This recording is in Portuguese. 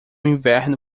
inverno